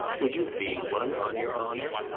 would you be one, on your honour?